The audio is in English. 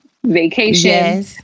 vacation